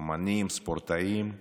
אומנים, ספורטאים.